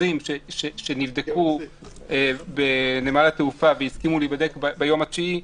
חוזרים שנבדקו בנמל התעופה והסכימו להיבדק ביום התשיעי,